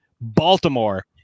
Baltimore